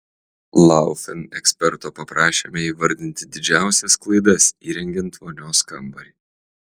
laufen eksperto paprašėme įvardinti didžiausias klaidas įrengiant vonios kambarį